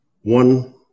one